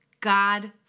God